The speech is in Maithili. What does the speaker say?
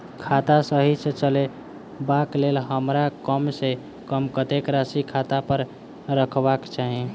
खाता सही सँ चलेबाक लेल हमरा कम सँ कम कतेक राशि खाता पर रखबाक चाहि?